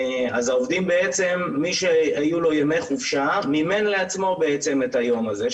אז מי שהיו לו ימי חופשה מימן לעצמו בעצם את היום הזה,